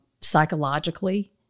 psychologically